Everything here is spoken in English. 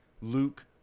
Luke